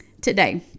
today